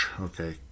Okay